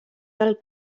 del